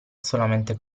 solamente